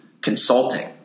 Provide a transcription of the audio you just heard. consulting